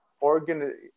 organ